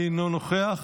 אינו נוכח,